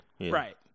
Right